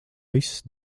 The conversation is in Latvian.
viss